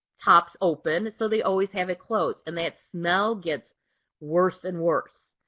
tops open. so they always have it closed. and that smell gets worse and worse.